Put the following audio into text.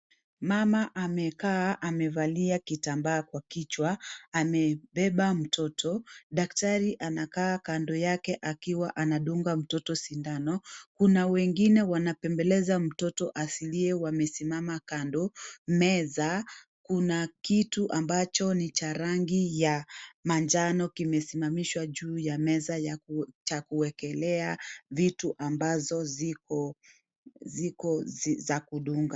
Mama amekaa, amevalia kitambaa kwa kichwa, amebeba mtoto. Daktari anakaa kando yake akiwa anadunga mtoto sindano. Kuna wengine wanabembeleza mtoto asilie, wamesimama kando. Meza kuna kitu ambacho ni cha rangi ya manjano kimesimamishwa juu ya meza cha kuwekelea vitu ambazo ziko za kudunga.